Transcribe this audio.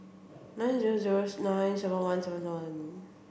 nine zero zero nine seven one seven seven